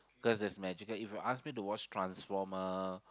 cause there's magical if you ask me to watch transformer